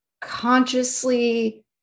consciously